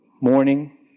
morning